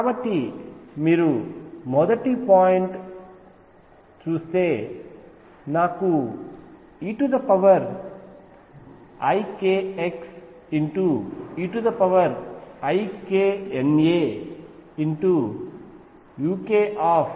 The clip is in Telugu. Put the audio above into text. కాబట్టి మీరు మొదటి పాయింట్ చేస్తే నాకు eikx eikNaukxNaeikxuk గా ఉంటుంది